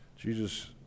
Jesus